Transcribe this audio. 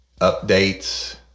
updates